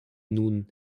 nun